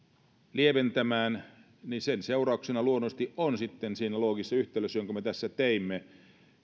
lieventämään niin sen seurauksena luonnollisesti sitten on siinä loogisessa yhtälössä jonka me tässä teimme